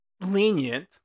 lenient